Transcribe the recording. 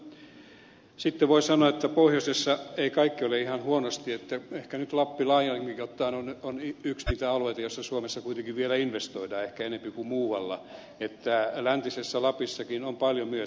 mutta sitten voi sanoa että pohjoisessa ei kaikki ole ihan huonosti että ehkä nyt lappi laajemminkin ottaen on yksi niitä alueita joilla suomessa kuitenkin vielä investoidaan ehkä enempi kuin muualla että läntisessä lapissakin on paljon myös